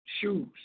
shoes